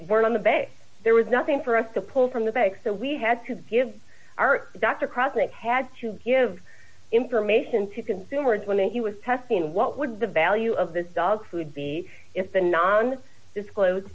were on the bay there was nothing for us to pull from the bank so we had to give our doctor crossett had to give information to consumers when he was testing what would the value of this dog food be if the non disclose